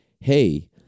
hey